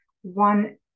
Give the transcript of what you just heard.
one